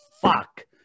fuck